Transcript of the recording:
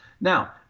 Now